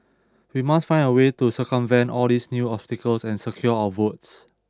we must find a way to circumvent all these new obstacles and secure our votes